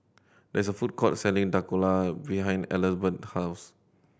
there is a food court selling Dhokla behind house